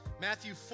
Matthew